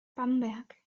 bamberg